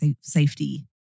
safety